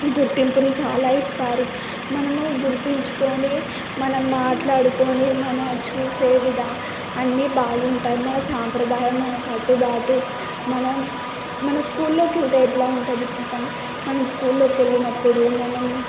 గుర్తింపుని చాలా ఇస్తారు మనం గుర్తించుకొని మనం మాట్లాడుకొని మన చూసే విధా అన్ని బాగుంటాయి మన సాంప్రదాయం మన కట్టుబాటు మనం మన స్కూల్లోకి వెళ్తే ఎట్లా ఉంటుంది చెప్పండి మనం స్కూల్లోకి వెళ్ళినప్పుడు మనం